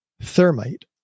thermite